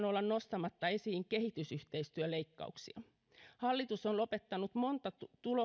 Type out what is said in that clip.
olla nostamatta esiin myöskään kehitysyhteistyöleikkauksia hallitus on lopettanut monta